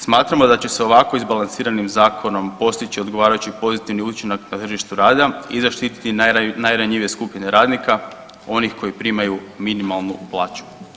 Smatramo da će se ovako izbalansiranim zakonom postići odgovarajući pozitivni učinak na tržištu rada i zaštititi najranjivije skupine radnika, onih koji primaju minimalnu plaću.